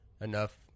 enough